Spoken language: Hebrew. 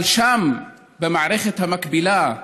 אבל שם, במערכת המקבילה,